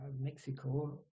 mexico